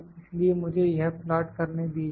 इसलिए मुझे यह प्लाट करने दीजिए